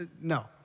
no